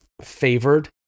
favored